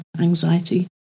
anxiety